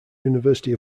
university